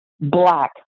black